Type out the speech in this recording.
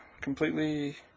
completely